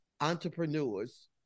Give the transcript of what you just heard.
entrepreneurs